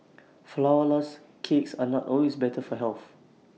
Flourless Cakes are not always better for health